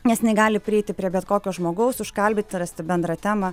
nes jinai gali prieiti prie bet kokio žmogaus užkalbinti rasti bendrą temą